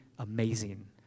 Amazing